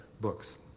books